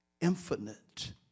infinite